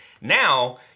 now